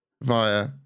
via